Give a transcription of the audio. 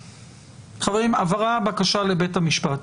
חברים, עברה בקשה לבית המשפט,